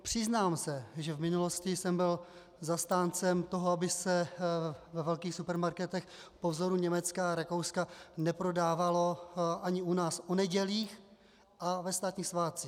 Přiznám se, že v minulosti jsem byl zastáncem toho, aby se ve velkých supermarketech po vzoru Německa a Rakouska neprodávalo ani u nás o nedělích a ve státních svátcích.